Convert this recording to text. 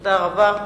תודה רבה.